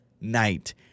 night